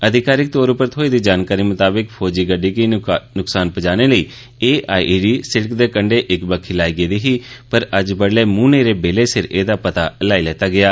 अधिकारिक तौर उप्पर थ्होई दी जानकारी मताबक फौजी गड्डी गी नुक्सान पजाने लेई ए आईईडी सिड़क दे इक बक्खी लाई गेदी ही पर अज्ज बड्डलै मुंह नहेरे बेल्ले सिर एहदा पता लाई लैता गेआ